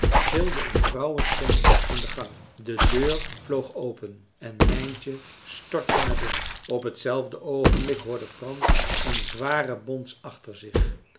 gilde een vrouwenstem in den gang de deur vloog open en mijntje stortte naar binnen op hetzelfde oogenblik hoorde frans een zware bons achter zich